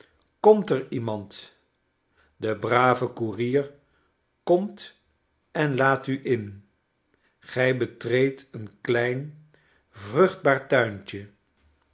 komt er iemand de brave koerier komt en laat u in grij betreedt een klein vruchtbaar tuintje